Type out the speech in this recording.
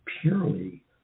purely